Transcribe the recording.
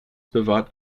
bewahrt